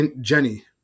jenny